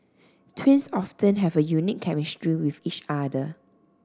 twins often have a unique chemistry with each other